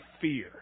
fear